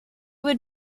would